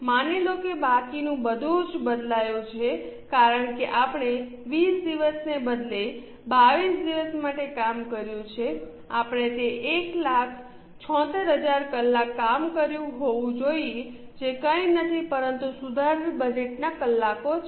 માની લો કે બાકીનું બધું જ બદલાયું છે કારણ કે આપણે 20 દિવસને બદલે 22 દિવસ માટે કામ કર્યું છે આપણે તે 176000 કલાક કામ કર્યું હોવું જોઈએ જે કંઈ નથી પરંતુ સુધારેલા બજેટ કલાકો છે